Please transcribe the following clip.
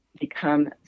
become